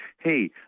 hey